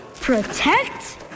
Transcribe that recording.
Protect